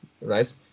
right